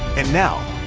and now,